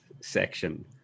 section